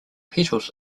petals